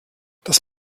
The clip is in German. das